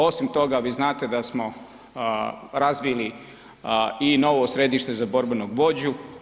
Osim toga vi znate da smo razvili i novo središte za borbenog vođu.